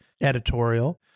editorial